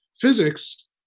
physics